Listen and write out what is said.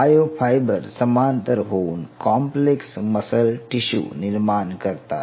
myo fibre समांतर होऊन complex muscle tissue निर्माण करतात